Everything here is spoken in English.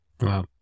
Wow